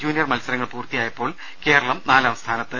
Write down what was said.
junior മത്സരങ്ങൾ പൂർത്തിയായപ്പോൾ കേരളം നാലാം സ്ഥാനത്ത്